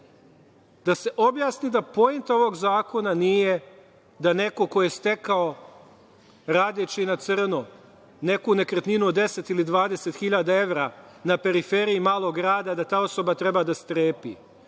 da se objasni da poenta ovog zakona nije da neko ko je stekao radeći na crno, neku nekretninu od 10 ili 20 hiljada evra na periferiji malog grada, da ta osoba treba da strepi.